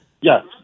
Yes